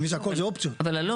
אבל אלון,